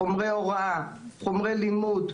חומרי הוראה וחומרי לימוד,